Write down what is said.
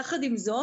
יחד עם זאת,